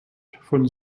von